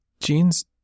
Jean's